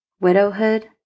widowhood